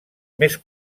més